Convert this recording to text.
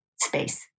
space